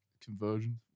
Conversion